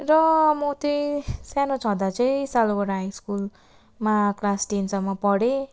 र म त्यही सानो छँदा चाहिँ सालुगडा स्कुलमा क्लास टेनसम्म पढेँ